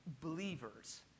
believers